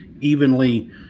evenly